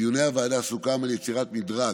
בדיוני הוועדה סוכם על יצירת מדרג